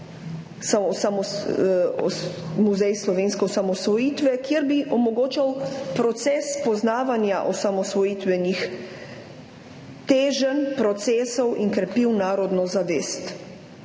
muzej slovenske osamosvojitve, ki bi omogočal proces spoznavanja osamosvojitvenih teženj, procesov in krepil narodno zavest.